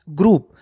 group